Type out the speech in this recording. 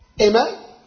Amen